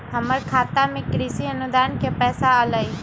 हमर खाता में कृषि अनुदान के पैसा अलई?